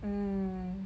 mm